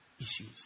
issues